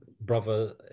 brother